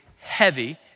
heavy